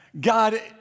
God